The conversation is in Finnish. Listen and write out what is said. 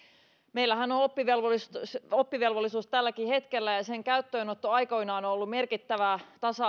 meillähän on oppivelvollisuus tälläkin hetkellä ja ja sen käyttöönotto aikoinaan on ollut merkittävä tasa